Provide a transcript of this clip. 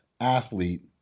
athlete